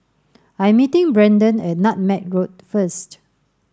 I am meeting Brendan at Nutmeg Road first